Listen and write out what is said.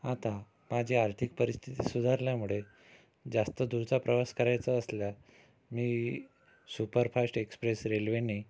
आता माझी आर्थिक परिस्थिती सुधारल्यामुळे जास्त दूरचा प्रवास करायचा असला मी सुपरफास्ट एक्सप्रेस रेल्वेने